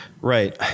Right